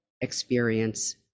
experience